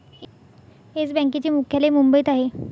yes बँकेचे मुख्यालय मुंबईत आहे